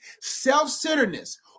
self-centeredness